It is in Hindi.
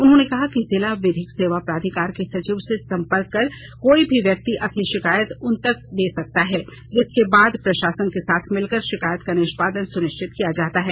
उन्होंने कहा कि जिला विधिक सेवा प्राधिकार के सचिव से संपर्क कर कोई भी व्यक्ति अपनी शिकायत उन तक दे सकता है जिसके बाद प्रशासन के साथ मिलकर शिकायत का निष्पादन सुनिश्चित किया जाता है